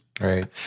Right